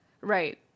Right